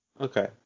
Okay